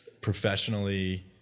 professionally